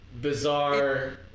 Bizarre